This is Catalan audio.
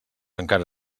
encara